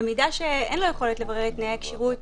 במידה שאין לו יכולת לברר את תנאי הכשירות,